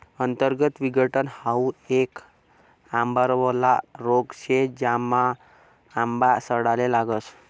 अंतर्गत विघटन हाउ येक आंबावरला रोग शे, ज्यानामा आंबा सडाले लागस